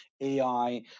ai